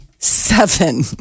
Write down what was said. Seven